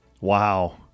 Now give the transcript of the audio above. Wow